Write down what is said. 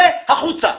צא החוצה.